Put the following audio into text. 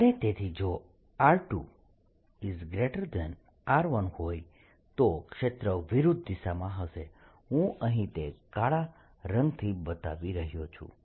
અને તેથી જો r2 ＞ r1 હોય તો ક્ષેત્ર વિરુદ્ધ દિશામાં હશે હું અહીં તે કાળા રંગથી બતાવી રહ્યો છું